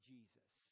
Jesus